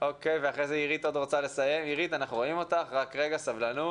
במובן הזה רציתי להגיד שאנחנו מכירים את התוכנית